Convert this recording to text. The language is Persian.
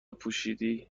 پوشیدی